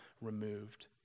removed